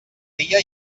dia